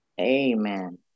Amen